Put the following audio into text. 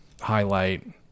highlight